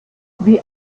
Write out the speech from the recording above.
wie